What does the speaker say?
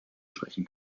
sprechen